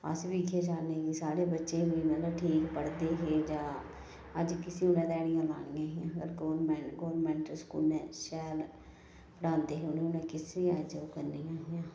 अस बी इ'यै चाहन्ने कि साढ़े बच्चे बी मतलब ठीक पढ़दे हे जां अज्ज किसी उनें ध्याड़ियां लानियां हियां गोरमेंट गोरमेंट स्कूलें शैल पढ़ांदे हे उनें कैह्सी अज्ज ओह् करनियां हियां